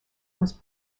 was